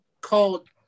called